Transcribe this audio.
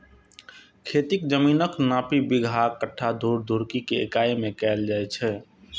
खेतीक जमीनक नापी बिगहा, कट्ठा, धूर, धुड़की के इकाइ मे कैल जाए छै